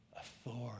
authority